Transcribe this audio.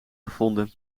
gevonden